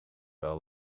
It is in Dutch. wel